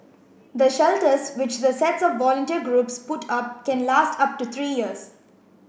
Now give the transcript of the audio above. the shelters which the sets of volunteer groups put up can last up to three years